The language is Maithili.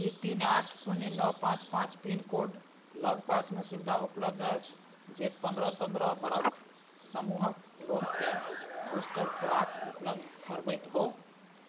कि तीन आठ शून्य नओ पाँच पाँच पिनकोड लगपासमे सुविधा उपलब्ध अछि जे पनरह सनरह बरख समूहके लोककेँ बूस्टर खोराक उपलब्ध करबैत हो